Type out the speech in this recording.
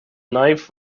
knife